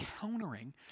countering